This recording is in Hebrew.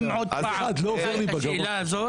מצביעים על ג1.